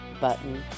button